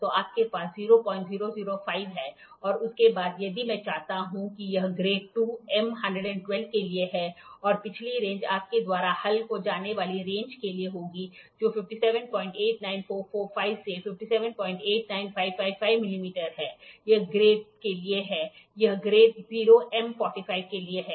तो आपके पास 0005 है और उसके बाद यदि मैं चाहता हूं कि यह ग्रेड II के लिए है और पिछली रेंज आपके द्वारा हल की जाने वाली रेंज के लिए होगी जो 5789445 से 5789555 मिलीमीटर है यह ग्रेड के लिए है यह ग्रेड 0 M 45 के लिए है